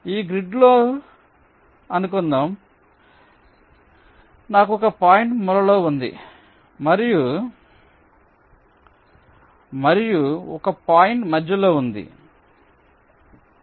ఈ గ్రిడ్లో అనుకుందాం కాబట్టి నాకు ఒక పాయింట్ మూలలో ఉంది మరియు ఒక పాయింట్ మధ్యలో ఉంది ఇక్కడ చెప్పండి